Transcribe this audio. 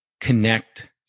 connect